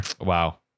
Wow